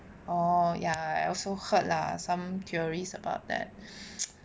orh ya I also heard lah some theories about that